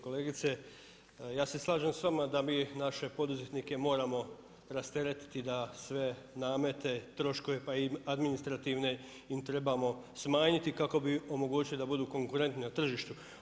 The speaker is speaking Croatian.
Kolegice, ja se slažem s vama da mi naše poduzetnike moramo rasteretiti, da sve namete, troškove pa i administrativne im trebamo smanjiti kako bi omogućili da budu konkurentni na tržištu.